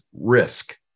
risk